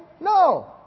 No